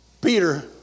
Peter